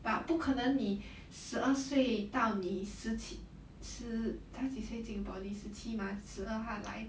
but 不可能你十二岁到你十七十他几岁进 poly 十七吗十二他来